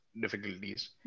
difficulties